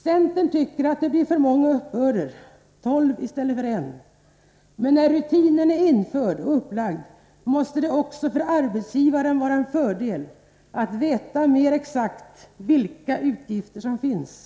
Centern tycker att det blir för många uppbörder, tolv i stället för en, men när rutinen är införd, måste det också för arbetsgivaren vara en fördel att veta mer exakt vilka utgifter som finns.